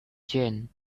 jane